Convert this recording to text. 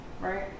Right